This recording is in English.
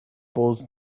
boils